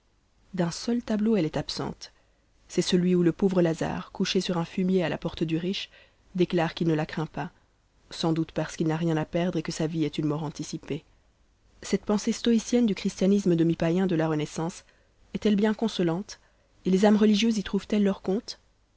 d'un seul tableau elle est absente c'est celui où le pauvre lazare couché sur un fumier à la porte du riche déclare qu'il ne la craint pas sans doute parce qu'il n'a rien à perdre et que sa vie est une mort anticipée cette pensée stoïcienne du christianisme demi païen de la renaissance est-elle bien consolante et les âmes religieuses y trouvent elles leur compte